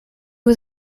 was